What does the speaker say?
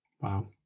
Wow